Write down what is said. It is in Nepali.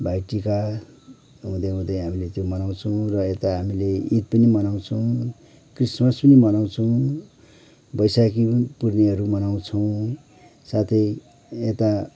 भाइटिका हुदैँ हुदैँ हामीले त्यो मनाउछौँ र यता हामीले ईद पनि मनाउछौँ क्रिसमस पनि मनाउछौँ बैशाखी पुर्णेहरू मनाउछौँ साथै यता